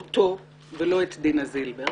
אותו ולא את דינה זילבר,